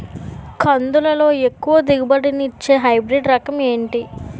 కందుల లో ఎక్కువ దిగుబడి ని ఇచ్చే హైబ్రిడ్ రకం ఏంటి?